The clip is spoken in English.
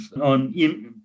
on